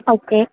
okay